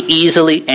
easily